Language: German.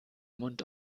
mund